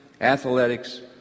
athletics